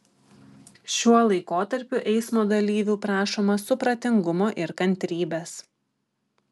šiuo laikotarpiu eismo dalyvių prašoma supratingumo ir kantrybės